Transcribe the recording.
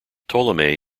ptolemy